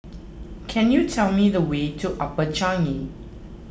can you tell me the way to Upper Changi